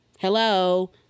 Hello